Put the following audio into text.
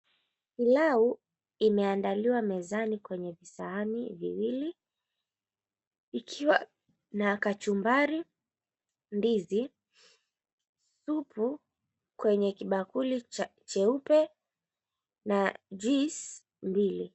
Pilau imeandaliwa mezani kwenye visahani viwili. Ikiwa na kachumbari, ndizi, supu kwenye kibakuli cheupe, na juisi mbili.